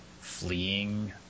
fleeing